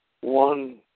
one